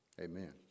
Amen